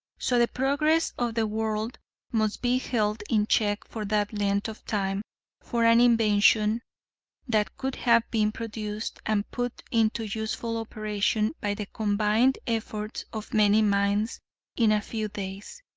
so the progress of the world must be held in check for that length of time for an invention that could have been produced and put into useful operation by the combined efforts of many minds in a few days,